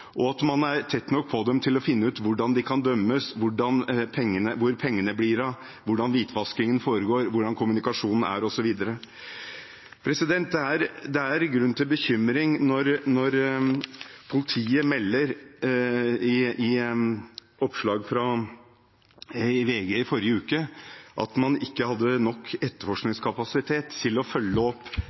som skjer: Man må være tett på disse miljøene på stabil basis og tett nok på dem til å finne ut hvordan de kan dømmes, hvor pengene blir av, hvordan hvitvaskingen foregår, hvordan kommunikasjonen er, osv. Det er grunn til bekymring når politiet melder i oppslag i VG forrige uke at man ikke hadde nok etterforskningskapasitet til å følge opp det